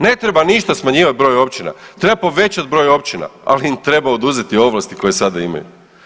Ne treba ništa smanjivat broj općina, treba povećat broj općina, ali im treba oduzeti ovlasti koje sada imaju.